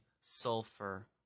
sulfur